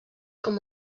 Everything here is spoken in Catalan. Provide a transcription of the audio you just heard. com